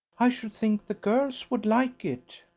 i should think the girls would like it.